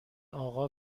آقا